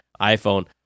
iPhone